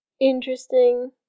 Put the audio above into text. interesting